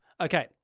Okay